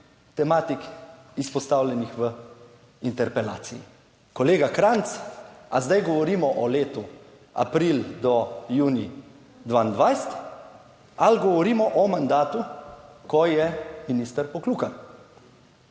tematik izpostavljenih v interpelaciji. Kolega Kranjc, ali zdaj govorimo o letu april do junij 2022 ali govorimo o mandatu, ko je minister Poklukar.